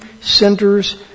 centers